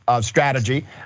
strategy